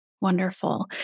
Wonderful